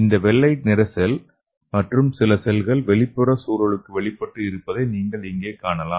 இந்த வெள்ளை நிற செல் மற்றும் சில செல்கள் வெளிப்புற சூழலுக்கு வெளிப்பட்டு இருப்பதை நீங்கள் இங்கே காணலாம்